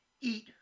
Eat